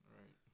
right